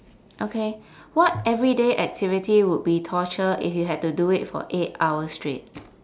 okay what everyday activity would be torture if you had to do for eight hours straight